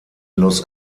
los